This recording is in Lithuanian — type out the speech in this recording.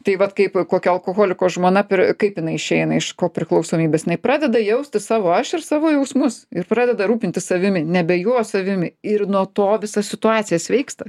tai vat kaip kokio alkoholiko žmona kaip jinai išeina iš ko priklausomybės jinai pradeda jausti savo aš ir savo jausmus ir pradeda rūpintis savimi nebe juo o savimi ir nuo to visa situacija sveiksta